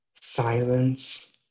silence